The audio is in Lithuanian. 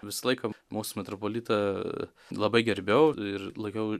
visą laiką mūsų metropolitą labai gerbiau ir laikiau